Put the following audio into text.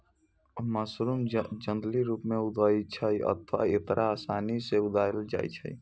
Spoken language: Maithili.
मशरूम जंगली रूप सं उगै छै अथवा एकरा आसानी सं उगाएलो जाइ छै